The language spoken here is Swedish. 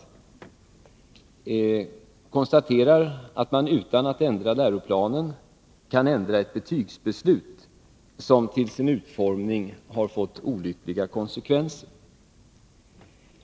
Hon konstaterar att man utan att ändra läroplanen kan ändra ett betygsbeslut, som genom sin utformning har fått olyckliga konsekvenser.